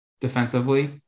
defensively